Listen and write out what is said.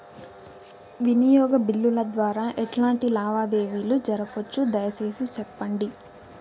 వినియోగ బిల్లుల ద్వారా ఎట్లాంటి లావాదేవీలు జరపొచ్చు, దయసేసి సెప్పండి?